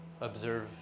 observe